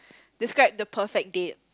describe the perfect date